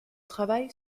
travail